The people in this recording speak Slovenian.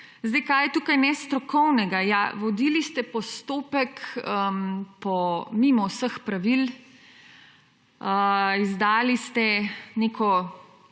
Kaj je tukaj nestrokovnega? Ja, vodili ste postopek mimo vseh pravil, izdali ste neko